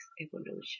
evolution